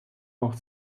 auch